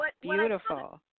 beautiful